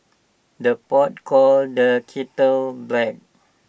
the pot calls the kettle black